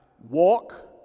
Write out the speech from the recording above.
Walk